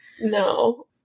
No